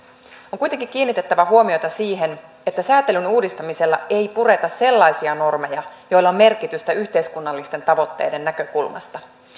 on kuitenkin kiinnitettävä huomiota siihen että säätelyn uudistamisella ei pureta sellaisia normeja joilla on merkitystä yhteiskunnallisten tavoitteiden näkökulmasta